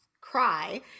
cry